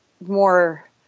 more